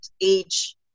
age